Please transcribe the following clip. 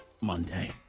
Monday